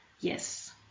yes